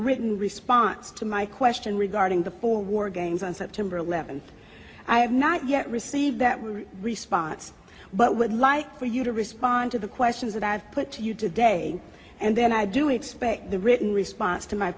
written response to my question regarding the poor war games on september eleventh i have not yet received that were response but would like for you to respond to the questions about put to you today and then i do expect the written response to my